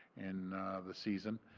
in the season,